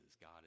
God